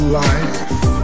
life